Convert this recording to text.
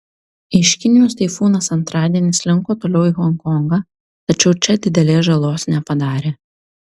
iš kinijos taifūnas antradienį slinko toliau į honkongą tačiau čia didelės žalos nepadarė